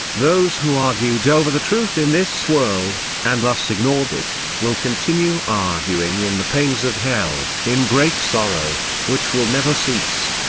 those who argued over the truth in this world, and thus ignored it, will continue arguing in the pains of hell, in great sorrow, which will never cease.